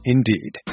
Indeed